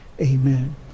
amen